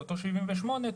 לאותם 78 מיליארד שקל,